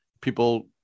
people